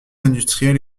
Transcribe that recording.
industrielles